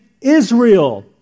Israel